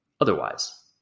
otherwise